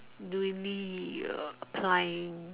really err apply